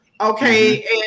Okay